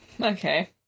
Okay